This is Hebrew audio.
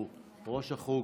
שהוא ראש החוג,